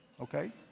okay